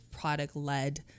product-led